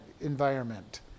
environment